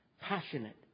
Passionate